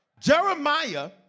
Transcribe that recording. Jeremiah